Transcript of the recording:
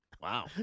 Wow